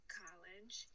college